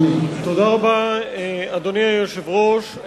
אדוני היושב-ראש,